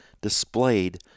displayed